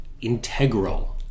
integral